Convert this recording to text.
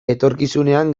etorkizunean